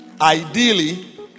Ideally